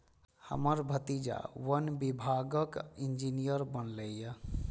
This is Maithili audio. हमर भतीजा वन विभागक इंजीनियर बनलैए